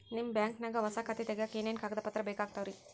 ನಿಮ್ಮ ಬ್ಯಾಂಕ್ ನ್ಯಾಗ್ ಹೊಸಾ ಖಾತೆ ತಗ್ಯಾಕ್ ಏನೇನು ಕಾಗದ ಪತ್ರ ಬೇಕಾಗ್ತಾವ್ರಿ?